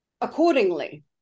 accordingly